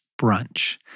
brunch